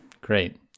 Great